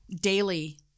daily